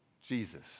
Jesus